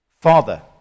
Father